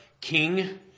king